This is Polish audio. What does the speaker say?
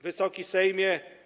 Wysoki Sejmie!